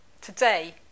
Today